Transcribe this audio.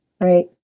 Right